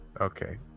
okay